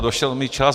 Došel mi čas.